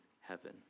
heaven